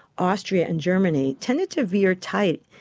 austria and germany tended to veer tight,